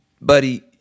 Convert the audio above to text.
Buddy